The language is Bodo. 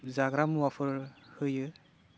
जाग्रा मुवाफोर हायो